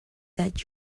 that